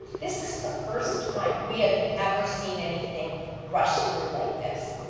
this is the first time we have ever seen anything rushed through like this.